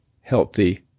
healthy